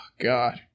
God